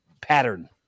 pattern